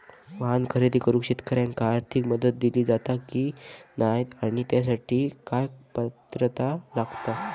वाहन खरेदी करूक शेतकऱ्यांका आर्थिक मदत दिली जाता की नाय आणि त्यासाठी काय पात्रता लागता?